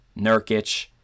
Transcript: Nurkic